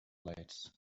lights